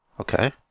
Okay